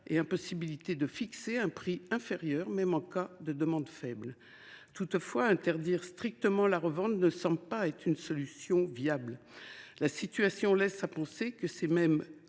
et impossibilité de fixer un prix inférieur, même en cas de demande faible. Toutefois, interdire strictement la revente ne semble pas une solution viable. La situation laisse à penser que c’est même